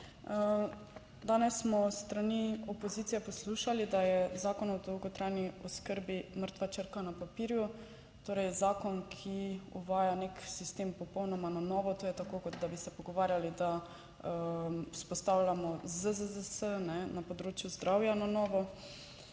Danes smo s strani opozicije poslušali, da je Zakon o dolgotrajni oskrbi mrtva črka na papirju, torej zakon, ki uvaja nek sistem popolnoma na novo. To je tako kot da bi se pogovarjali, da vzpostavljamo ZZZS na področju zdravja na novo.